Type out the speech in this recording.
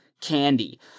candy